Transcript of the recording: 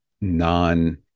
non